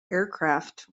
aircraft